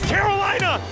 Carolina